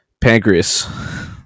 pancreas